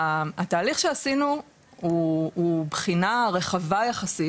התהלך שעשינו הוא בחינה רחבה יחסית,